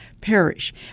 Parish